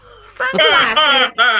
Sunglasses